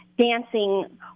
dancing